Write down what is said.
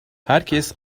herkes